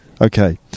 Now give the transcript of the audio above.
Okay